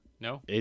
No